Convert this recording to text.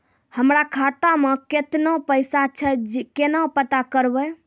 हमरा खाता मे केतना पैसा छै, केना पता करबै?